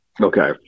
okay